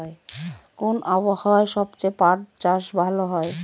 কোন আবহাওয়ায় সবচেয়ে পাট চাষ ভালো হয়?